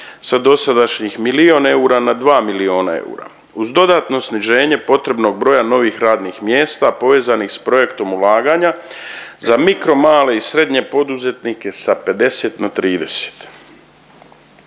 sa dosadašnjih milijun eura na 2 milijuna eura. Uz dodatno sniženje potrebnog broja novih radnih mjesta povezanih s projektom ulaganja za mikro, male i srednje poduzetnike sa 50 na 30.